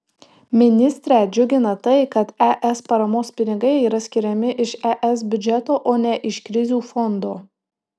ministrę džiugina tai kad es paramos pinigai yra skiriami iš es biudžeto o ne iš krizių fondo